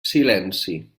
silenci